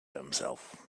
himself